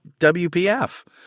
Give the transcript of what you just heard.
WPF